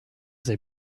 they